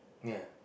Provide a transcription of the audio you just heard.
ya